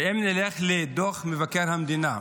ואם נלך לדוח מבקר המדינה,